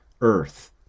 Earth